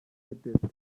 reddetti